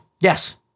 Yes